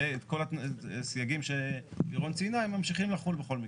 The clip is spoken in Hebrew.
ואת כל הסייגים שלירון ציינה הם ממשיכים לחול בכל מקרה.